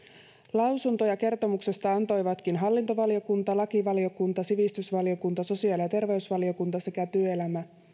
lausuntoja kertomuksesta antoivatkin hallintovaliokunta lakivaliokunta sivistysvaliokunta sosiaali ja terveysvaliokunta sekä työelämä